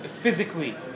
physically